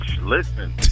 Listen